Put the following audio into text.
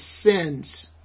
sins